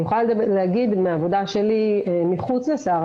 אני יכולה להגיד מהעבודה שלי מחוץ לסה"ר,